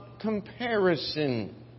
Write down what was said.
comparison